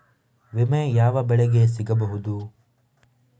ವಿಮೆ ಯಾವ ಬೆಳೆಗೆ ಸಿಗಬಹುದು?